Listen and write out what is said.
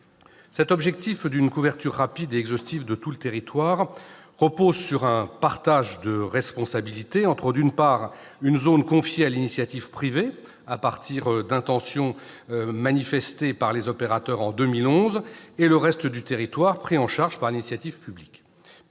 Cet objectif d'une couverture rapide et exhaustive de tout le territoire repose sur un partage de responsabilités entre, d'une part, une zone confiée à l'initiative privée à partir d'intentions manifestées par les opérateurs en 2011 et, d'autre part, le reste du territoire, pris en charge par l'initiative publique.